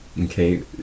Okay